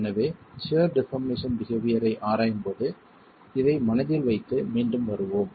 எனவே shear deformation behaviour ஐ ஆராயும்போது இதை மனதில் வைத்து மீண்டும் வருவோம்